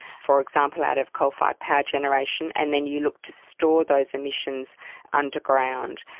for example out of coal-fired power generation, and then you look to store those emissions underground.